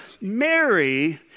Mary